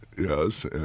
yes